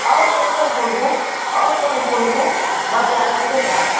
आओर कोन कोन फूल छै आओर कोन फूल छै बस इएह गेन्दे टा